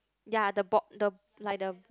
ya the board the like the